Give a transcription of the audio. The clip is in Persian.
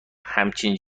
همچین